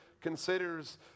considers